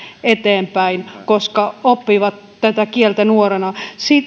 eteenpäin koska oppivat tätä kieltä nuorena